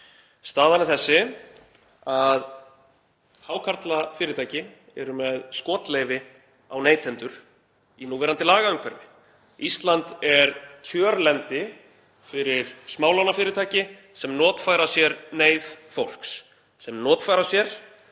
Staðan er þessi: Hákarlafyrirtæki eru með skotleyfi á neytendur í núverandi lagaumhverfi. Ísland er kjörlendi fyrir smálánafyrirtæki sem notfæra sér neyð fólks, sem notfæra sér